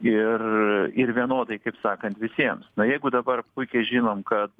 ir ir vienodai kaip sakant visiems na jeigu dabar puikiai žinom kad